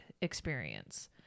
experience